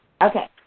Okay